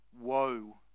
woe